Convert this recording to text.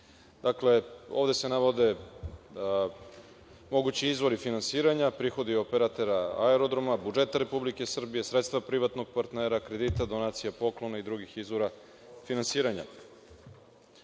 Dakle, ovde se navode mogući izvori finansiranja prihodi operatera aerodroma, budžeta Republike Srbije, sredstva privatnog partnera, kredita, donacije, poklona i drugih izvora finansiranja.